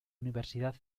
universidad